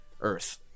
earth